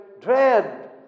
dread